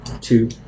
two